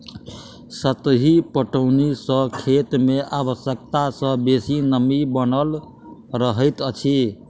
सतही पटौनी सॅ खेत मे आवश्यकता सॅ बेसी नमी बनल रहैत अछि